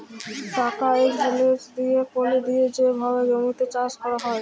চাকা ইকট জিলিস দিঁয়ে পলি দিঁয়ে যে ভাবে জমিতে চাষ ক্যরা হয়